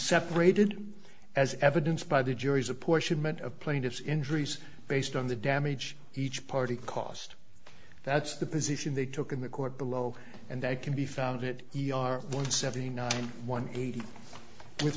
separated as evidence by the jury's apportionment of plaintiff's injuries based on the damage each party cost that's the position they took in the court below and that can be found it yar one seventy nine one eighty with